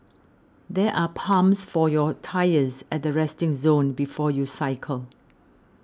there are pumps for your tyres at the resting zone before you cycle